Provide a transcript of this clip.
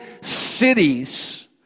cities